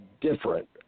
different